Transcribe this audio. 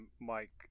Mike